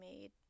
made